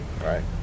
Right